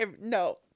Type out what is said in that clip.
no